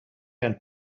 and